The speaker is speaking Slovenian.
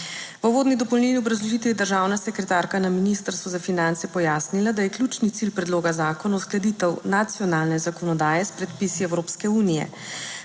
V uvodni dopolnilni obrazložitvi je državna sekretarka na Ministrstvu za finance pojasnila, da je ključni cilj predloga zakona uskladitev nacionalne zakonodaje s predpisi Evropske unije.